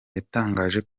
yatangaje